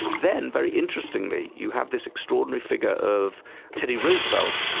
then, very interestingly, you had this extraordinary figure of teddy roosevelt,